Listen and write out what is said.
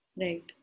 Right